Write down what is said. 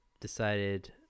decided